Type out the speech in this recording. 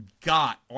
got